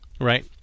right